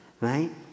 Right